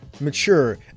mature